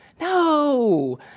No